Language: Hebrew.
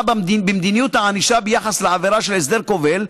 במדיניות הענישה ביחס לעבירה של הסדר כובל,